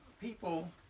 people